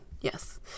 Yes